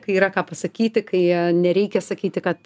kai yra ką pasakyti kai nereikia sakyti kad